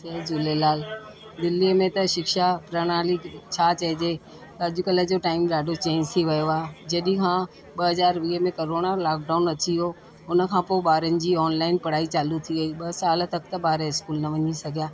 जय झूलेलाल दिल्लीअ में त शिक्षा प्रणाली छा चइजे त अॼुकल्ह जो टाइम ॾाढो चैंज थी वियो आहे जॾहिं खां ॿ हज़ार वीह में करोना लॉकडाउन अची वियो हुन खां पोइ ॿारनि जी ऑनलाइन पढ़ाई चालू थी वेई ॿ साल तक त ॿार इस्कूल न वञी सघियां